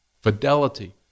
fidelity